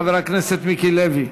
חבר הכנסת מיקי לוי.